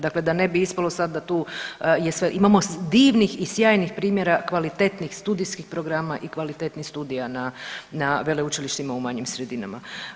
Dakle da ne bi ispalo sada da tu je sve, imamo divnih i sjajnih primjera kvalitetnih studijskih programa i kvalitetnih studija na veleučilištima u manjim sredinama.